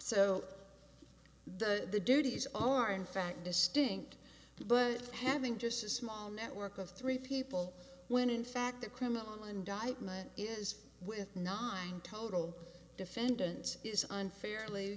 so the duties are in fact distinct but having just a small network of three people when in fact the criminal indictment is with nine total defendant is on fairly